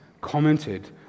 commented